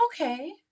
okay